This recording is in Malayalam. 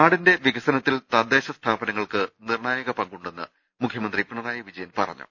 നാടിന്റെ വികസനത്തിൽ തദ്ദേശ് സ്ഥാപനങ്ങൾക്ക് നിർണായക പങ്കു ണ്ടെന്ന് മുഖ്യമന്ത്രി പിണറായി വിജയൻ പറഞ്ഞു